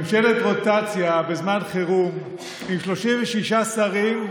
ממשלת רוטציה בזמן חירום עם 36 שרים,